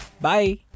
Bye